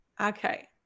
Okay